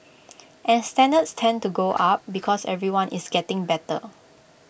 and standards tend to go up because everyone is getting better